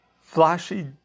flashy